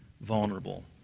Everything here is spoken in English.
vulnerable